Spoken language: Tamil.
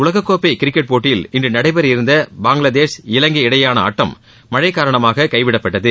உலககோப்பை கிரிக்கெட் போட்டியில் இன்று நடைபெற இருந்த பங்களாதேஷ் இலங்கை இடையேயான ஆட்டம் மழை காரணமாக கைவிடப்பட்டது